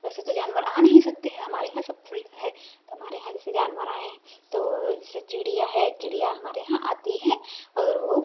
वैसे तो जानवर आ नहीं सकते हैं हमारे यहाँ सब खुला है तो हमारे यहाँ जैसे जानवर आऍं तो जैसे चिड़िया है चिड़िया हमारे यहाँ आती हैं और वो